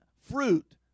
fruit